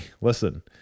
listen